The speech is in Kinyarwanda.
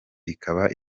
ikaba